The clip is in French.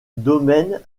domaine